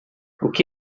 que